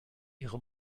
ihre